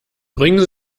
bringen